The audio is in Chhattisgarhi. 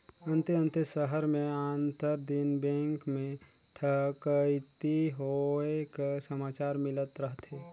अन्ते अन्ते सहर में आंतर दिन बेंक में ठकइती होए कर समाचार मिलत रहथे